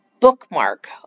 bookmark